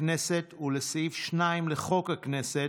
הכנסת ולסעיף 2 לחוק הכנסת,